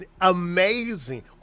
amazing